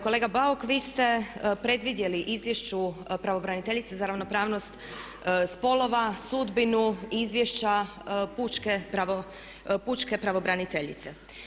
Kolega Bauk vi ste predvidjeli Izvješću pravobraniteljice za ravnopravnost spolova sudbinu Izvješća pučke pravobraniteljice.